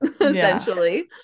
essentially